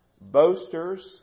boasters